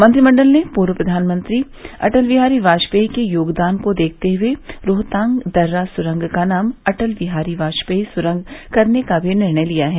मंत्रिमंडल ने पूर्व प्रधानमंत्री अटल बिहारी वाजपेयी के योगदान को देखते हुए रोहतांग दर्रा सुरंग का नाम अटल बिहारी वाजपेयी सुरंग करने का भी निर्णय लिया है